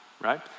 right